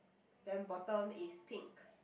then bottom is pink